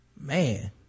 Man